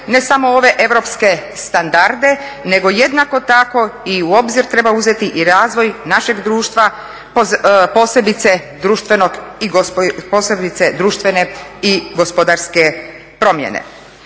ne samo ove europske standarde, nego jednako tako i u obzir treba uzeti i razvoj našeg društva posebice društvene i gospodarske promjene.